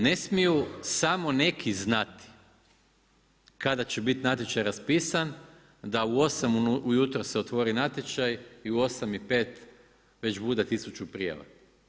Ne smiju samo neki znati kada će bit natječaj raspisan, da u 8 ujutro se otvori natječaj i u 8,05 već bude 1000 prijava.